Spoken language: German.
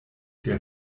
der